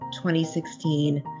2016